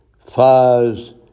Fires